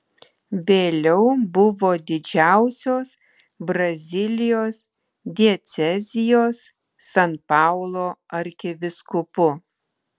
vėliau buvo didžiausios brazilijos diecezijos san paulo arkivyskupu